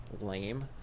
lame